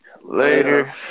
Later